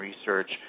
research